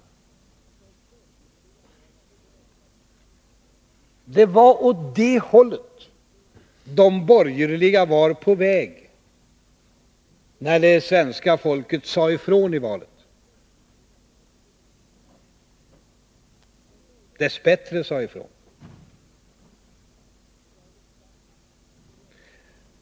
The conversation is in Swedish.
Det var åt det hållet de borgerliga var på väg när det svenska folket dess bättre sade ifrån i valet.